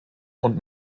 und